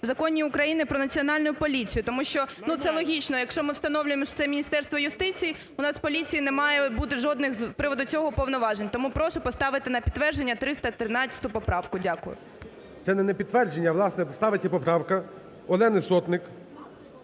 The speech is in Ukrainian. в Законі України "Про Національну поліцію", тому що це логічно, якщо ми встановлюємо, що це Міністерство юстиції у Нацполіції не має бути жодних з приводу цього повноважень. Тому прошу поставити на підтвердження 313 поправку. Дякую. ГОЛОВУЮЧИЙ. Це не на підтвердження, а, власне, ставиться поправка Олени Сотник